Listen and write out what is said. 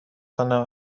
کنم